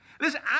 Listen